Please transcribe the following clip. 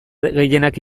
gehienak